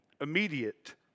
immediate